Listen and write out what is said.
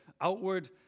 outward